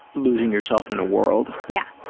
losing yourself in a world. yeah.